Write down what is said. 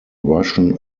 russian